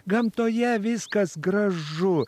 gamtoje viskas gražu